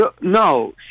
no